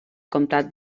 comtat